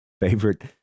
favorite